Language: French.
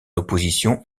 opposition